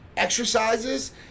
exercises